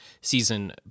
season